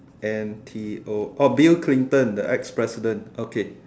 N T O oh Bill-Clinton the ex president okay